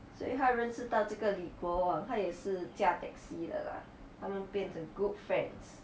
所以他认识到这个李国煌他也是驾 taxi 的啦他们变成 good friends